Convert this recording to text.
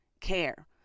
care